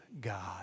God